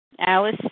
Alice